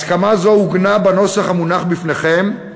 הסכמה זו עוגנה בנוסח המונח בפניכם.